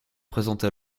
présenta